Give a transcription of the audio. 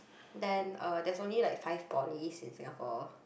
then uh there's only like five polys in Singapore